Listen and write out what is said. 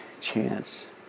chance